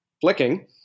flicking